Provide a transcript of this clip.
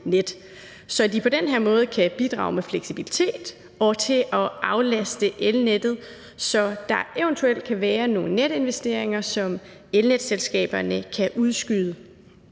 så de på den måde kan bidrage med fleksibilitet og til at aflaste elnettet, så der eventuelt kan være nogle netinvesteringer, som elnetselskaberne kan udskyde